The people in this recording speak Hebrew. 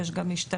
יש גם משתלמים,